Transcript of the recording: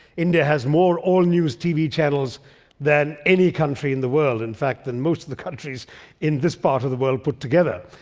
india has more all-news tv channels than any country in the world, in fact in most of the countries in this part of the world put together.